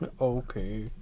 Okay